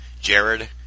Jared